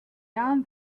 jahren